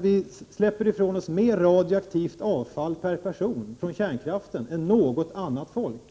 Vi släpper ifrån oss mera radioaktivt avfall per person från kärnkraften än något annat folk.